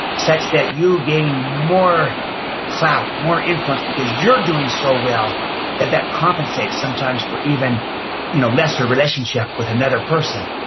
such that you gain more clout, more influence, because you're doing so well that that compensates sometimes for even you know lesser relationship with another person.